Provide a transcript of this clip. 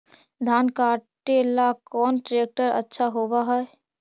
धान कटे ला कौन ट्रैक्टर अच्छा होबा है?